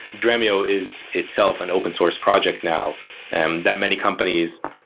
dreamio is itself an open source project now and that many companies